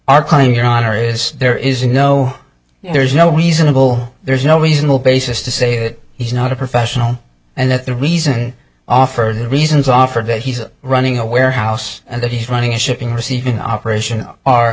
are calling your honor is there is no there's no reasonable there's no reasonable basis to say that he's not a professional and that the reason offered reasons offered that he's running a warehouse and that he's running a shipping receiving operation are